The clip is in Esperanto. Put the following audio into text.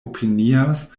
opinias